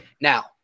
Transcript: now